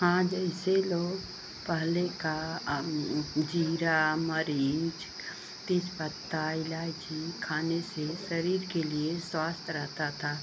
हाँ जैसे लोग पहले का अब ज़ीरा मिर्च तेजपत्ता इलायची खाने से शरीर के लिए स्वास्थ्य रहता था